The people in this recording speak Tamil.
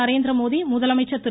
நரேந்திரமோதி முதலமைச்சர் திரு